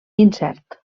incert